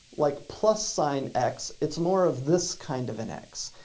like, plus sign x. it's more of this kind of an x.